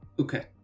Okay